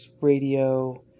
radio